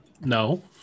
No